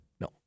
No